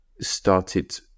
started